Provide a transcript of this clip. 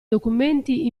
documenti